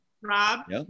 rob